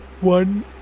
One